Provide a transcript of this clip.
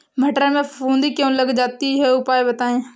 मटर में फफूंदी क्यो लग जाती है उपाय बताएं?